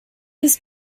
his